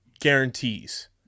guarantees